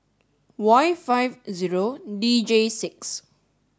Y five zero D J six